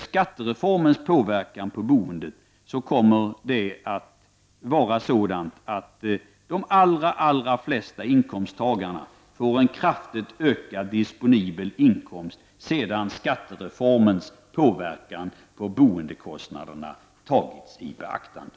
Skattereformens påverkan på boendet kommer att vara sådant att de allra flesta inkomsttagarna får en kraftigt ökad disponibel inkomst sedan skattereformens påverkan på boendekostnaderna har tagits i beaktande.